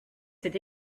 cette